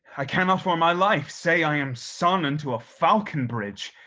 i cannot for my life say i am son unto a falconbridge.